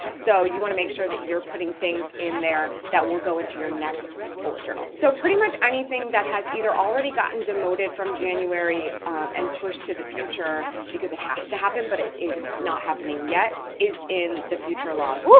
so you wanna make sure that you're putting things in there that will go into your next bullet journal. so pretty much anything that has either already gotten demoted from january and pushed to the future because it has to happen, but it's not happening yet, is in the future log. woo,